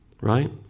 right